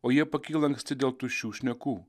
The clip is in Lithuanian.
o jie pakyla anksti dėl tuščių šnekų